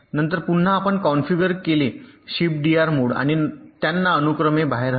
नंतर पुन्हा आपण कॉन्फिगर केले शिफ्टडीआर मोड आणि त्यांना अनुक्रमे बाहेर हलवा